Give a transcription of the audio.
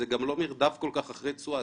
זה גם לא מרדף כל כך אחרי תשואה,